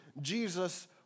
Jesus